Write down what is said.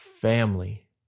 family